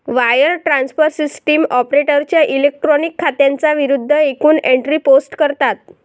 wire transfer system ऑपरेटरच्या electronic खात्यांच्या विरूद्ध एकूण एंट्री पोस्ट करतात